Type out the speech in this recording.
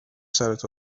سرت